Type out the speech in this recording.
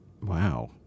Wow